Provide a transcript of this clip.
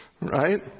right